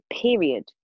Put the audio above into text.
period